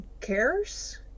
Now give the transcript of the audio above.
cares